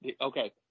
Okay